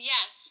Yes